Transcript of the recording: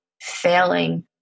failing